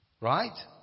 Right